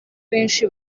benshi